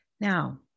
Now